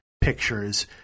pictures